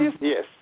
yes